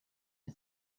are